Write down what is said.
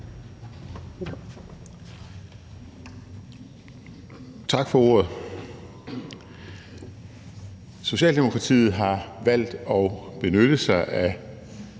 Tak for ordet. Socialdemokratiet har valgt at benytte sig af